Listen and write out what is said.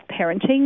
parenting